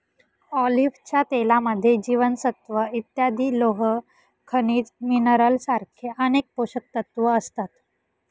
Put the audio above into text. ऑलिव्हच्या तेलामध्ये जीवनसत्व इ, लोह, खनिज मिनरल सारखे अनेक पोषकतत्व असतात